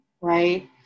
right